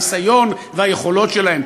הניסיון והיכולות שלהם,